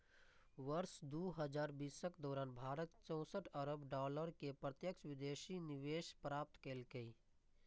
वर्ष दू हजार बीसक दौरान भारत चौंसठ अरब डॉलर के प्रत्यक्ष विदेशी निवेश प्राप्त केलकै